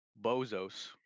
bozos